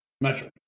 metric